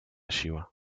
siła